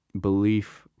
belief